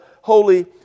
Holy